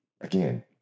again